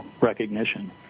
recognition